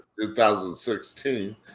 2016